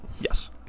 Yes